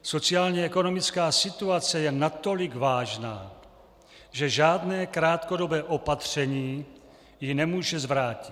Sociálně ekonomická situace je natolik vážná, že žádné krátkodobé opatření ji nemůže zvrátit.